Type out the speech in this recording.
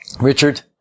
Richard